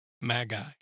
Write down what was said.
magi